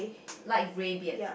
light grey beard